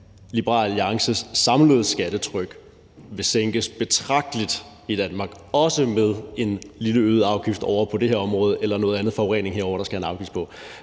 Liberal Alliances samlede skattetryk vil blive sænket betragteligt i Danmark – også med en lille øget afgift ovre på det her område eller noget andet forurening herovre, der skal en afgift på.